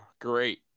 Great